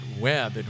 web